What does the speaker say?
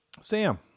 Sam